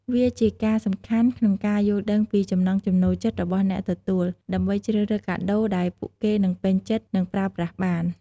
វាជាការសំខាន់ក្នុងការយល់ដឹងពីចំណង់ចំណូលចិត្តរបស់អ្នកទទួល ដើម្បីជ្រើសរើសកាដូដែលពួកគេនឹងពេញចិត្ត និងប្រើប្រាស់បាន។